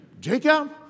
Jacob